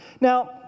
Now